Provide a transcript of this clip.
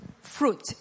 fruit